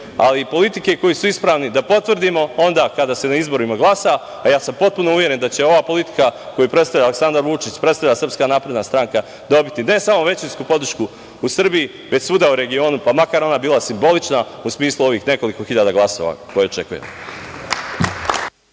ali i politike koje su ispravni, da potvrdimo onda kada se na izborima glasa, a ja sam potpuno uveren da će ova politika koju predstavlja Aleksandar Vučić i SNS dobiti ne samo većinsku podršku u Srbiji, već svuda u regionu, pa makar ona bila simbolična u smislu ovih nekoliko hiljada glasova koje očekujem.